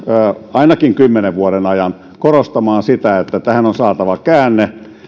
ainakin kymmenen vuoden ajan korostamaan sitä että tähän on saatava käänne